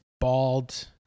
bald